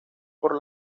por